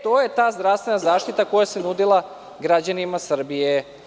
To je ta zdravstvena zaštita koja se nudila građanima Srbije.